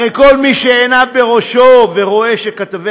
הרי כל מי שעיניו בראשו ורואה שכתבי